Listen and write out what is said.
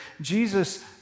Jesus